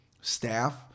staff